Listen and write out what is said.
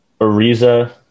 Ariza